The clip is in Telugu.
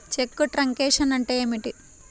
చెక్కు ట్రంకేషన్ అంటే ఏమిటి?